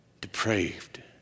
depraved